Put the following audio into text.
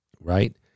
right